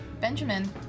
Benjamin